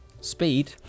Speed